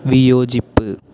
വിയോജിപ്പ്